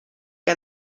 que